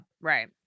right